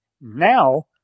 Now